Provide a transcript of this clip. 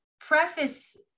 preface